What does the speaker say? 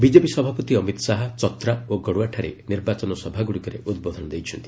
BJP ସଭାପତି ଅମିତ୍ ଶାହା ଚତ୍ରା ଓ ଗଡ଼୍ୱାଠାରେ ନିର୍ବାଚନ ସଭାଗୁଡ଼ିକରେ ଉଦ୍ବୋଧନ ଦେଇଛନ୍ତି